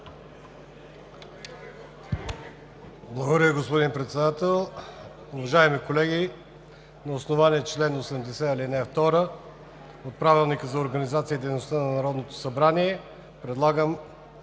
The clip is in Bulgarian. Благодаря, господин Председател. Уважаеми колеги, на основание чл. 80, ал. 2 от Правилника за организацията и дейността на Народното събрание предлагам